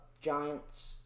Giants